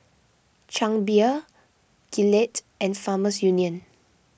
Chang Beer Gillette and Farmers Union